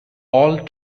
all